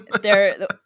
They're-